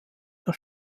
das